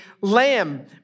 lamb